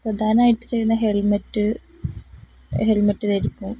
പ്രധാനമായിട്ട് ചെയ്യുന്നത് helmet helmet ധരിക്കും